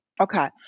Okay